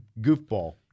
goofball